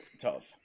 Tough